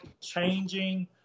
changing